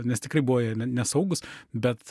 nes tikrai buvo jie ne nesaugūs bet